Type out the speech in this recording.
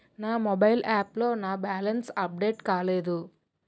నా mobile app లో నా బ్యాలెన్స్ అప్డేట్ కాలేదు